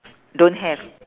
don't have